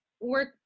work